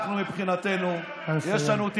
אנחנו,